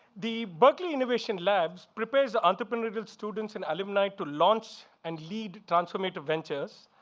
the berkley innovation labs prepares the entrepreneurial students and alumni to launch and lead transformative ventures.